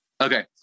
Okay